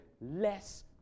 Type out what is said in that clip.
Less